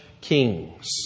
kings